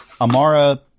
Amara